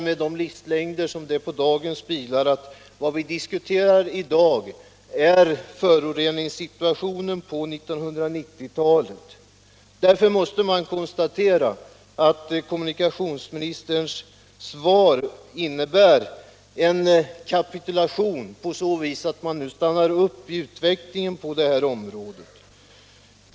Med de livslängder som dagens bilar har innebär detta att det vi diskuterar i dag är föroreningssituationen på 1990-talet. Därför måste man konstatera att kommunikationsministerns svar innebär en kapitulation på så sätt att man nu stannar upp utvecklingen på detta område.